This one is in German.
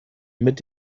mit